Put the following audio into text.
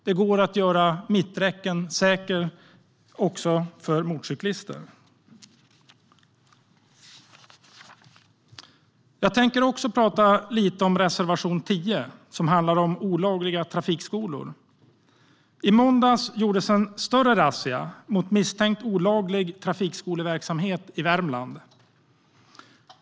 Det går att göra mitträcken säkra också för motorcyklister. Jag tänker också prata lite om reservation 10 som handlar om olagliga trafikskolor.I måndags gjordes en större razzia mot misstänkt olaglig trafikskoleverksamhet i Värmland.